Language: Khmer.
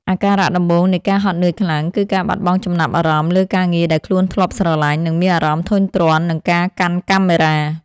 អាការៈដំបូងនៃ ការហត់នឿយខ្លាំង គឺការបាត់បង់ចំណាប់អារម្មណ៍លើការងារដែលខ្លួនធ្លាប់ស្រឡាញ់ និងមានអារម្មណ៍ធុញទ្រាន់នឹងការកាន់កាមេរ៉ា។